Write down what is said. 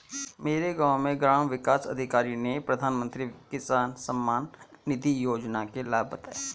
मेरे गांव में ग्राम विकास अधिकारी ने प्रधानमंत्री किसान सम्मान निधि योजना के लाभ बताएं